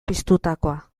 piztutakoa